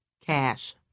Cash